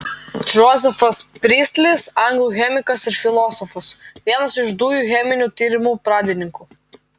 džozefas pristlis anglų chemikas ir filosofas vienas iš dujų cheminių tyrimų pradininkų